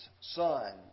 son